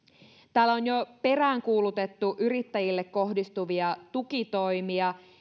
täällä on jo peräänkuulutettu yrittäjille kohdistuvia tukitoimia